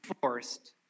forced